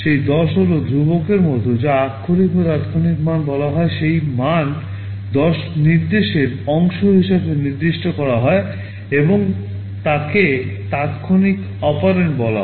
সেই 10 হল ধ্রুবকের মতো যা আক্ষরিক বা তাৎক্ষণিক মান বলা হয় সেই মান 10 নির্দেশের অংশ হিসাবে নির্দিষ্ট করা হয় এবং তাকে তাত্ক্ষণিক অপারেন্ড বলা হয়